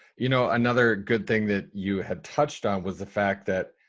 you know, another good thing that you had touched on was the fact that,